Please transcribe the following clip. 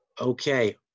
Okay